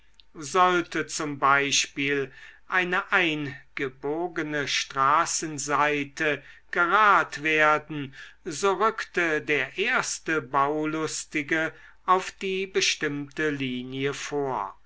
sollte z b eine eingebogene straßenseite gerad werden so rückte der erste baulustige auf die bestimmte linie vor